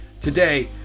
Today